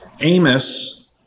Amos